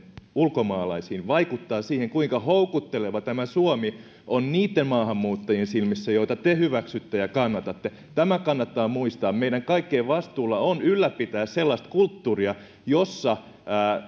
ulkomaalaisiin vaikuttaa siihen kuinka houkutteleva tämä suomi on niitten maahanmuuttajien silmissä joita te hyväksytte ja kannatatte tämä kannattaa muistaa meidän kaikkien vastuulla on ylläpitää sellaista kulttuuria jossa